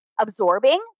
absorbing